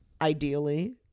ideally